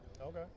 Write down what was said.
Okay